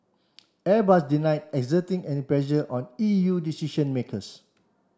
Airbus denied exerting any pressure on E U decision makers